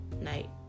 night